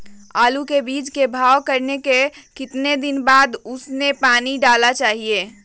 आलू के बीज के भाव करने के बाद कितने दिन बाद हमें उसने पानी डाला चाहिए?